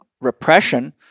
repression